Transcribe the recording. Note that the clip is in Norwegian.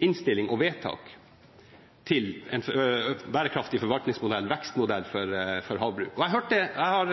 innstilling og vedtak til en bærekraftig forvaltningsmodell, en vekstmodell for havbruk. Jeg har